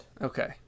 Okay